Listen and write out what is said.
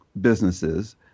businesses